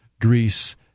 Greece